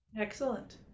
Excellent